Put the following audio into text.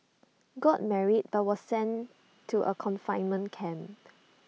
got married but was sent to A confinement camp